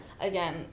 again